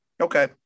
Okay